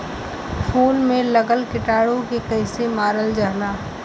फूल में लगल कीटाणु के कैसे मारल जाला?